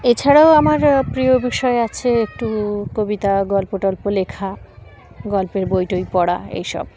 এছাড়াও আমার প্রিয় বিষয় আছে একটু কবিতা গল্প টল্প লেখা গল্পের বই টই পড়া এইসব